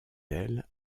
elle